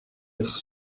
être